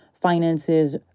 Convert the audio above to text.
finances